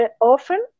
often